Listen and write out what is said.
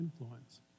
influence